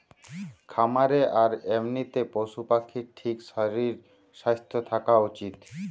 খামারে আর এমনিতে পশু পাখির ঠিক শরীর স্বাস্থ্য থাকা উচিত